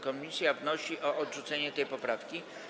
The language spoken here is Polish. Komisja wnosi o odrzucenie tej poprawki.